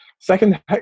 second